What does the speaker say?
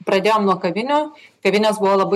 pradėjom nuo kavinių kavinės buvo labai